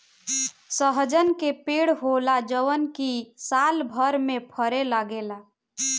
सहजन के पेड़ होला जवन की सालभर में फरे लागेला